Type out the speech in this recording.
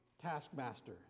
taskmaster